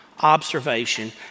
observation